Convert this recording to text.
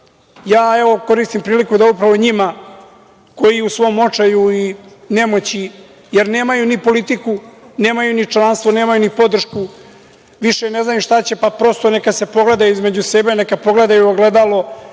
ja evo koristim priliku da upravo njima, koji u svom očaju i nemoći, jer nemaju ni politiku, nemaju ni članstvo, nemaju ni podršku, više ne znaju šta će, pa prosto neka se pogledaju između sebe, neka pogledaju u ogledalo